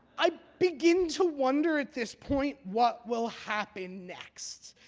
i begin to wonder, at this point, what will happen next.